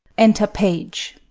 enter page